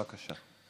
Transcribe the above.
בבקשה.